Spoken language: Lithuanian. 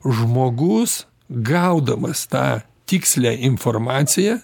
žmogus gaudamas tą tikslią informaciją